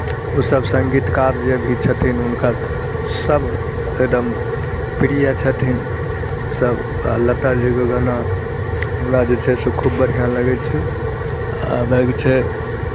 ओसभ सङ्गीतकार जे भी छथिन हुनकर सभ एकदम प्रिय छथिन सभ आ लताजीके गाना हमरा जे छै से खूब बढ़िआँ लगै छै आ बाँकी छै